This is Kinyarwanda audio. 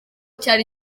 cyari